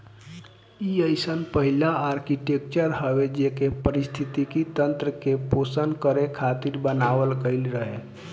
इ अइसन पहिला आर्कीटेक्चर हवे जेके पारिस्थितिकी तंत्र के पोषण करे खातिर बनावल गईल रहे